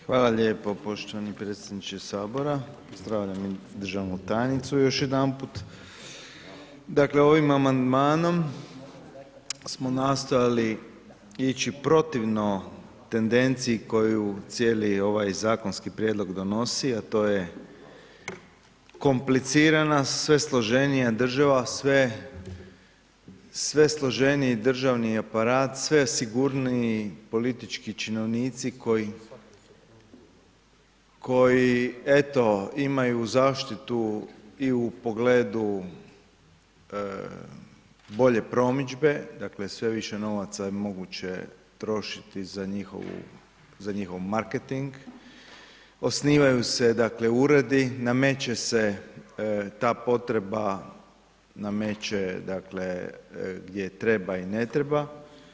Hvala lijepo poštovani predsjedniče HS, pozdravljam državnu tajnicu još jedanput, dakle, ovim amandmanom smo nastojali ići protivno tendenciji koju cijeli ovaj zakonski prijedlog donosi, a to je komplicirana, sve složenija država, sve složeniji državni aparat, sve sigurniji politički činovnici koji eto imaju zaštitu i u pogledu bolje promidžbe, dakle, sve više novaca je moguće trošiti za njihov marketing, osnivaju se, dakle, uredi, nameće se, ta potreba nameće, dakle, gdje treba i ne treba.